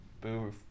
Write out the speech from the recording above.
boo